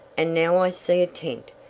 and now i see a tent.